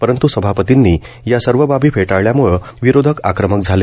परंत् सभापतींनी या सर्व बाबी फेटाळल्याम्ळं विरोधक आक्रमक झाले